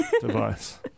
device